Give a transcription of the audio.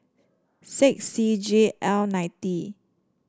six C G L nine D